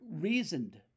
reasoned